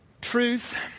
Truth